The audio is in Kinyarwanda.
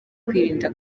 kwirinda